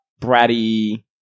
bratty